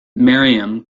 miriam